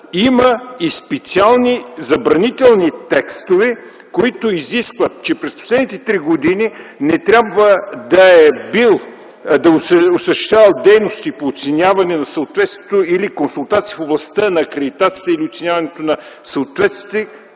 има, и специални забранителни текстове, които изискват през последните три години да не е осъществявал дейности по оценяване на съответствието или консултации в областта на акредитацията или оценяването на съответствията,